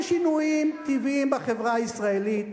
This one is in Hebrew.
יש שינויים טבעיים בחברה הישראלית,